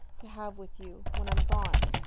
to have with you, when i'm gone.